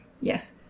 Yes